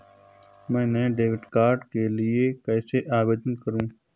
मैं नए debit card के लिए कैसे आवेदन करूं?